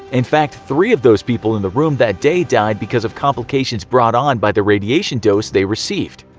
in fact, three of those people in the room that day died because of complications brought on by the radiation dose they received.